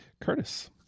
Curtis